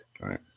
Right